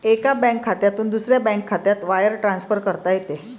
एका बँक खात्यातून दुसऱ्या बँक खात्यात वायर ट्रान्सफर करता येते